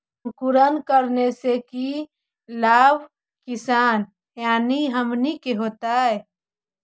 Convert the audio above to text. अंकुरण करने से की लाभ किसान यानी हमनि के होतय?